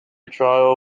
trial